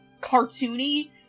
cartoony